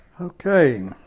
Okay